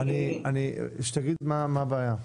שתגיד מה הבעיה.